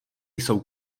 jsou